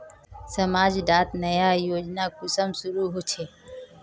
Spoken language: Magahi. समाज डात नया योजना कुंसम शुरू होछै?